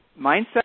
mindset